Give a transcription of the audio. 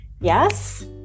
yes